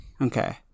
Okay